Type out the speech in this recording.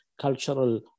cultural